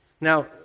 Now